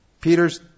Peter's